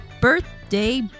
Birthday